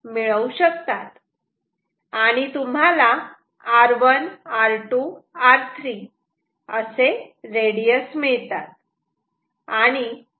आणि तुम्हाला r1 r2 r3 असे रेडियस मिळतात